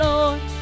Lord